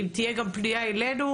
אם תהיה גם פניה אלינו,